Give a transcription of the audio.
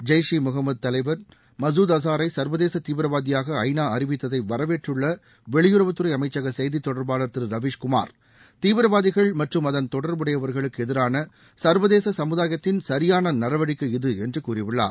ஜெய்ஷ் இ முகமது தலைவள் மசூத் அஸாரை சர்வதேச தீவிரவாதியாக ஐ நா அறிவித்ததை வரவேற்றுள்ள வெளியுறவுத்துறை அமைச்சக செய்தித் தொடர்பாளர் திரு ரவீஷ் குமார் தீவிரவாதிகள் மற்றும் அதன் தொடர்புடையவர்களுக்கு எதிரான சர்வதேச சமுதாயத்தின் சரியான நடவடிக்கை இது என்று கூறியுள்ளார்